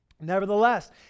Nevertheless